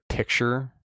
Picture